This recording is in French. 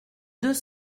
deux